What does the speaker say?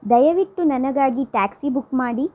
ದಯವಿಟ್ಟು ನನಗಾಗಿ taxi book ಮಾಡಿ